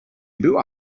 była